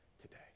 today